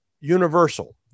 universal